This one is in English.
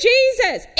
Jesus